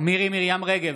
מירי מרים רגב,